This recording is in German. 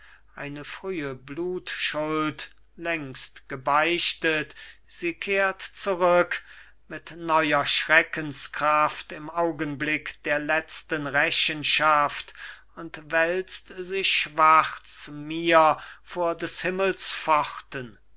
eine frühe blutschuld längst gebeichtet sie kehrt zurück mit neuer schreckenskraft im augenblick der letzten rechenschaft und wälzt sich schwarz mir vor des himmels pforten